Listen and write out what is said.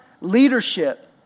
leadership